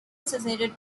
associated